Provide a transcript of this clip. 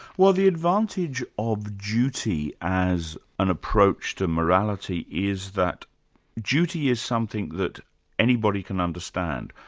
well the advantage of duty as an approach to morality is that duty is something that anybody can understand,